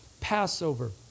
Passover